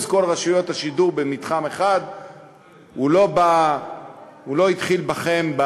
כל רשויות השידור במתחם אחד לא התחיל בכם.